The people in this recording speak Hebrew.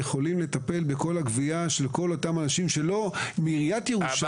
יכולים לטפל בכל הגבייה של כל אותם האנשים מעיריית ירושלים?